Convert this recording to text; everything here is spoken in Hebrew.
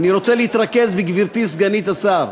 אני רוצה להתרכז בגברתי סגנית השר,